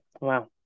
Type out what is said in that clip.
wow